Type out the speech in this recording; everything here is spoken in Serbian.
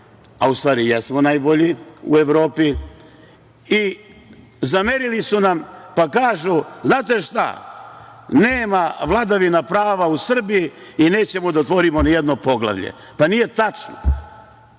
a u stvari jesmo najbolji, u Evropi i zamerili su nam, pa kažu – znate šta, nema vladavine prava u Srbiji i nećemo da otvorimo ni jedno poglavlje do kraja godine.